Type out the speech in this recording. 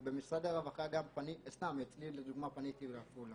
כי במשרד רווחה, אני לדוגמה פניתי לעפולה,